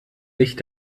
licht